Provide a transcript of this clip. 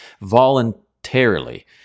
voluntarily